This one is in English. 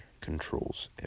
controls